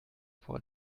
vor